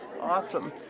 Awesome